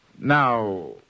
Now